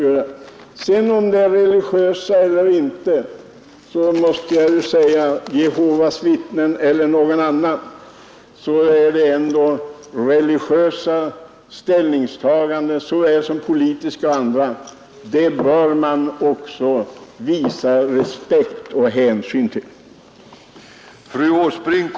Jag menar att man, oavsett om vederbörandes ställningstagande är grundat på religiösa, politiska eller andra skäl — det må vara en anhängare av Jehovas vittnen eller någon annan — bör visa respekt för och ta hänsyn till vederbörandes inställning.